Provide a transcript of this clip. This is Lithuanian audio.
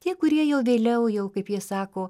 tie kurie jau vėliau jau kaip jie sako